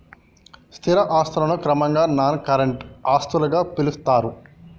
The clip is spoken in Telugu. స్థిర ఆస్తులను క్రమంగా నాన్ కరెంట్ ఆస్తులుగా పిలుత్తరు